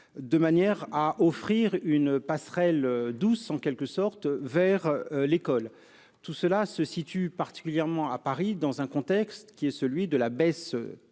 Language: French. de manière à offrir une passerelle douce, en quelque sorte, vers l'école. Tout cela concerne particulièrement Paris, dans le contexte d'une baisse